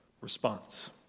response